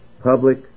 Public